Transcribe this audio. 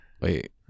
wait